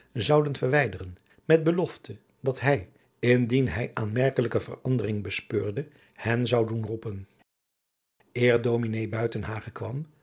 zouden verwijderen met belofte dat hij indien hij aanmerkelijke verandering bespeurde hen zou doen roepen eer ds buitenhagen kwam